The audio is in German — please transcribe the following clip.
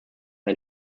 ein